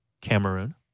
Cameroon